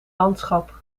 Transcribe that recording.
landschap